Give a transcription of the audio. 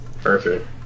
Perfect